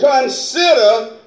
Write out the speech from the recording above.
consider